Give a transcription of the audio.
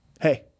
hey